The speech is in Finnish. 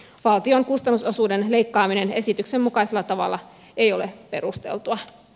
valtion kustannusosuuden leikkaaminen esityksen mukaisella tavalla ei ole perusteltua